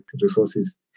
resources